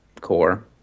core